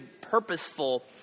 purposeful